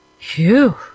Phew